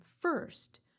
first